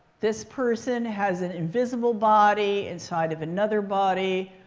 this person has an invisible body inside of another body.